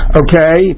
okay